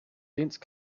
dense